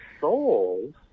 souls